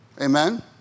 Amen